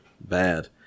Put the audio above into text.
Bad